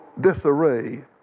disarray